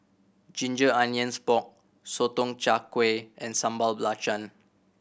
ginger onions pork Sotong Char Kway and Sambal Belacan